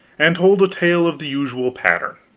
and told a tale of the usual pattern.